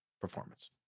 performance